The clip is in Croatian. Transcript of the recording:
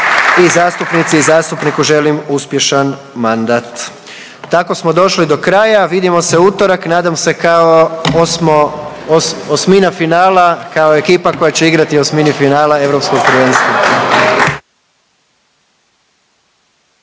i zastupnici i zastupniku želim uspješan mandat. …/Pljesak./… Tako smo došli do kraja, vidimo se u utorak. Nadam se kao osmina finala kao ekipa koja će igrati u osmini finala Europskog prvenstva.